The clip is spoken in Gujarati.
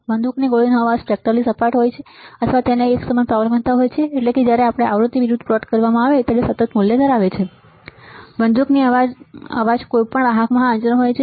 બંદૂકની ગોળીનો અવાજ સ્પેક્ટ્રલી સપાટ હોય છે અથવા તેની એકસમાન પાવર ઘનતા હોય છે એટલે કે જ્યારે આવૃતિ વિરુદ્ધ પ્લોટ કરવામાં આવે છે સતત મૂલ્ય ધરાવે છે બંદૂકની ગોળીનો અવાજ કોઈપણ વાહકમાં હાજર હોય છે